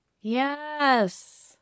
Yes